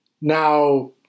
now